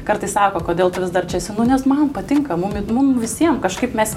kartais sako kodėl tu vis dar čia esi nu nes man patinka mum mum visiem kažkaip mes